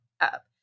up